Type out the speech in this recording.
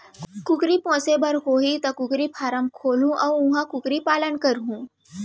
कुकरी पोसे बर होही त कुकरी फारम खोलहूं अउ उहॉं कुकरी पालन करहूँ